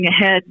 ahead